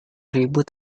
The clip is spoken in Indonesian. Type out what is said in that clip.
ribut